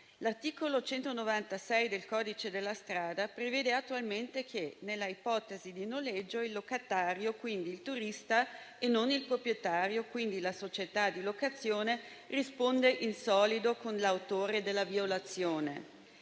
L'articolo 196 del codice della strada prevede attualmente che, nell'ipotesi di noleggio, il locatario, quindi il turista, e non il proprietario, quindi la società di locazione, risponda in solido con l'autore della violazione.